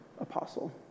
apostle